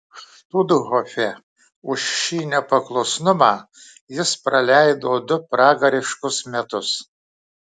štuthofe už šį nepaklusnumą jis praleido du pragariškus metus